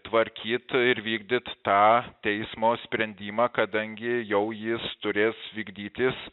tvarkyt ir vykdyt tą teismo sprendimą kadangi jau jis turės vykdytis